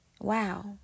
wow